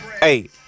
Hey